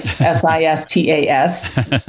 S-I-S-T-A-S